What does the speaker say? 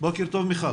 בוקר טוב, מיכל.